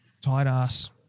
tight-ass